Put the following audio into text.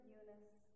Eunice